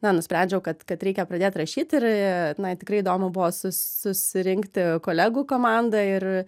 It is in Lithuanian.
na nusprendžiau kad kad reikia pradėt rašyt ir na tikrai įdomu buvo su su susirinkti kolegų komandą ir